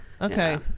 Okay